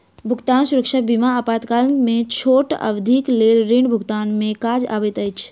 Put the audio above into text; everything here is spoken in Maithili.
भुगतान सुरक्षा बीमा आपातकाल में छोट अवधिक लेल ऋण भुगतान में काज अबैत अछि